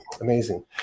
Amazing